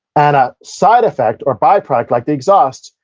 and a side effect, or byproduct, like the exhaust,